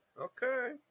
Okay